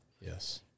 yes